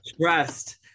Trust